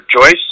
Joyce